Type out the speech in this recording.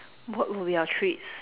what would be our treats